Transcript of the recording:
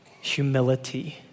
humility